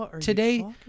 today